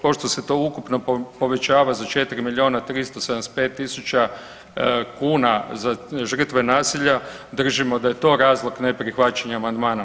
Pošto se to ukupno povećava za 4 375 tisuća kuna za žrtve nasilja, držimo da je to razlog neprihvaćanja amandmana.